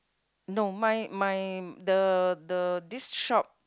no my my the the this shop